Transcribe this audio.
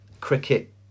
cricket